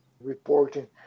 reporting